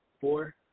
four